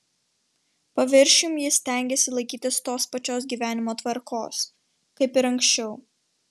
paviršium jis stengėsi laikytis tos pačios gyvenimo tvarkos kaip ir anksčiau